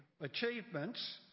achievements